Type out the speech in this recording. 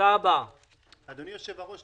אדוני היושב-ראש,